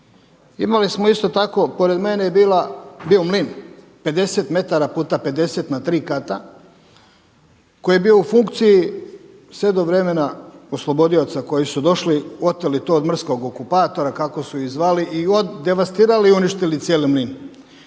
Imali smo isto tako, pored mene je bio mlin, 50 m puta 50 na tri kata koji je bio u funkciji sve do vremena oslobodioca koji su došli, oteli to od mrskog okupatora kako su ih zvali i devastirali i uništili cijeli mlin.